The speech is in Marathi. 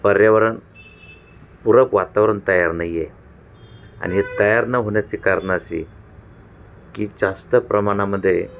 पर्यावरण पूरक वातावरण तयार नाही आहे आणि हे तयार न होण्याचे कारणं अशी की जास्त प्रमाणामध्ये